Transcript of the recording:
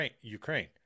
Ukraine